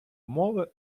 мови